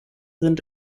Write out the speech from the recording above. sind